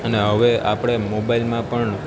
અને હવે આપણે મોબાઈલમાં પણ